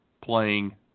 playing